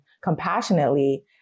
compassionately